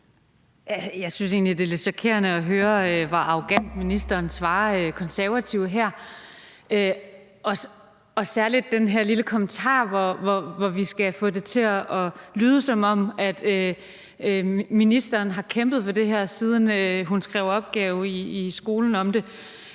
Jeg synes egentlig, det er lidt chokerende at høre, hvor arrogant ministeren her svarer Konservative, og særlig den her lille kommentar, hvor man skal få det til at lyde, som om man har kæmpet for det her, siden man i skolen skrev opgave om det.